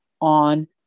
on